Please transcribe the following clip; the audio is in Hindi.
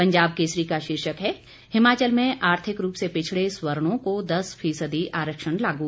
पंजाब केसरी का शीर्षक है हिमाचल में आर्थिक रूप से पिछड़े सवर्णो को दस फीसदी आरक्षण लागू